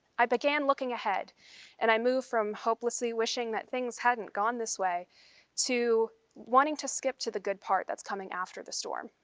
i began looking ahead and i move from hopelessly wishing that things hadn't gone this way to wanting to skip to the good part that's coming after the storm.